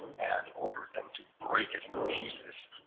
and ordered them to break it in pieces.